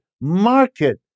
market